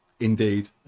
Indeed